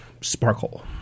sparkle